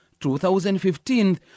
2015